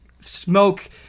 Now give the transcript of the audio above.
Smoke